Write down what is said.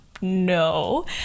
No